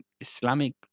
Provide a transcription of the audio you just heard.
Islamic